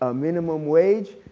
ah minimum wage.